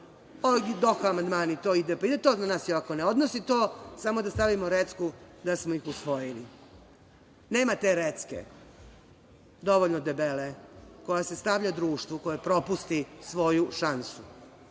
ovi Doha amandmani, to ide pa ide, to se na nas i ovako ne odnosi, to samo da stavimo recku da smo ih usvojili. Nema te recke dovoljno debele koja se stavlja društvu koje propusti svoju šansu